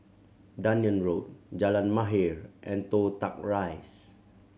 Dunearn Road Jalan Mahir and Toh Tuck Rise